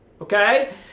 okay